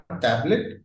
tablet